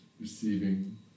receiving